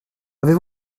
avez